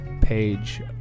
page